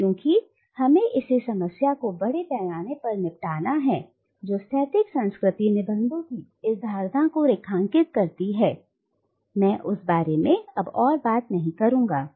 लेकिन क्योंकि हमने इस समस्या से बड़े पैमाने पर निपटा है जो स्थैतिक सांस्कृतिक निबंधों की इस धारणा को रेखांकित करती है मैं उस बारे में और बात नहीं करूंगा